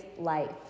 life